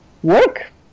work